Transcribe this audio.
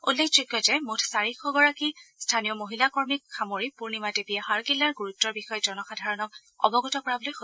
উল্লেখযোগ্য যে মুঠ চাৰিশ গৰাকী স্থানীয় মহিলাকৰ্মীক সামৰি পূৰ্ণিমা দেৱীয়ে হাড়গিলাৰ গুৰুত্বৰ বিষয়ে জনসাধাৰণক অৱগত কৰাবলৈ সক্ষম হৈছে